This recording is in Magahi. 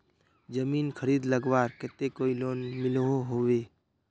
जमीन खरीद लगवार केते कोई लोन मिलोहो होबे?